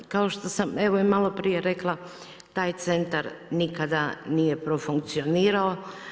Kao što sam evo i malo prije rekla, taj centar nikada nije profunkcionirao.